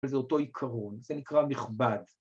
‫אבל זה אותו עיקרון, ‫זה נקרא מכובד.